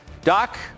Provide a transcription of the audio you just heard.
Doc